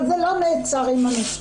אבל זה לא נעצר עם המשטרה.